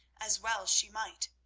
as well she might.